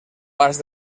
pas